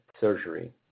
surgery